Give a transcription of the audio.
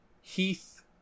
Heath